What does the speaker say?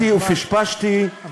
אבל